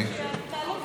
עופר, תעלה.